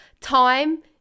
time